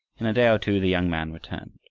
in a day or two the young man returned.